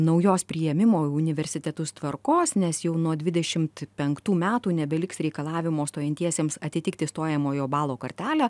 naujos priėmimo į universitetus tvarkos nes jau nuo dvidešimt penktų metų nebeliks reikalavimo stojantiesiems atitikti stojamojo balo kartelę